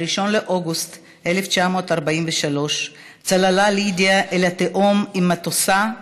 ב-1 באוגוסט 1943 צללה לידיה אל התהום עם מטוסה,